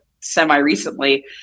semi-recently